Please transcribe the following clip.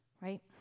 right